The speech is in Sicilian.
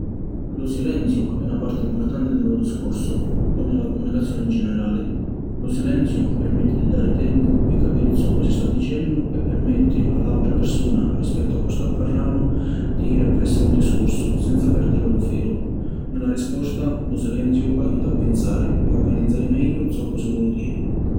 Lu silenziu è na parti mpurtanti di lu discursu o ni la cumunicazioni in generali. Lu silenziu permetti di dari tempu pi capiri zoccu si sta dicennu e permetti a la autra pirsuna, rispettu a cu’ sta parrannu, di jiri appressu a lu discursu senza perdiri lu filu. Ni la risposta, lu silenziu ajuta a pinsari e organizzari megghiu zoccu si voli diri.